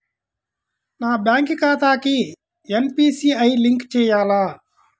నా బ్యాంక్ ఖాతాకి NPCI link చేయాలా?